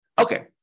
Okay